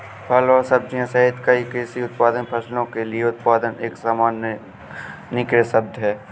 फल और सब्जियां सहित कई कृषि उत्पादित फसलों के लिए उत्पादन एक सामान्यीकृत शब्द है